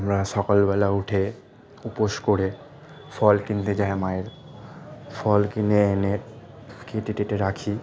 আমরা সকালবেলা উঠে উপোস করে ফল কিনতে যাই মায়ের ফল কিনে এনে কেটে কুটে রাখি